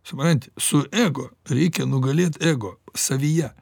supranti su ego reikia nugalėt ego savyje